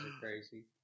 crazy